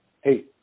hey –